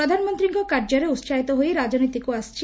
ପ୍ରଧାନମନ୍ତୀଙ୍କ କାର୍ଯ୍ୟରେ ଉହାହିତ ହୋଇ ରାଜନୀତିକୁ ଆସିଛି